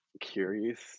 curious